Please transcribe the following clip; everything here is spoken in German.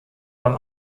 beim